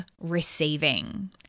receiving